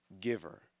giver